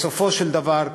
בסופו של דבר,